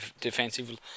defensive